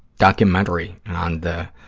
documentary on the,